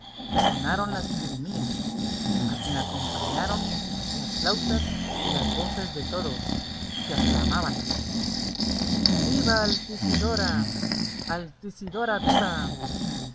sonaron las chirimías a quien acompañaron las flautas y las voces de todos que aclamaban viva altisidora altisidora viva